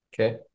Okay